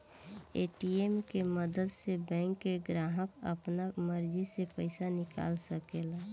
ATM के मदद से बैंक के ग्राहक आपना मर्जी से पइसा निकाल सकेला